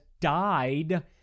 died